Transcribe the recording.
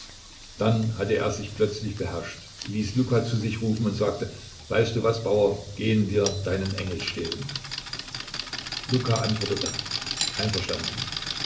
dann hatte er sich plötzlich beherrscht ließ luka zu sich rufen und sagte weißt du was bauer gehen wir deinen engel stehlen luka antwortete einverstanden